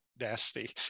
nasty